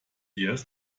erst